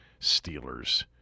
Steelers